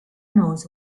knows